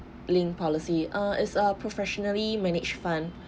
link policy err it's a professionally managed fund